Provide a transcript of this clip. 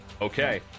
Okay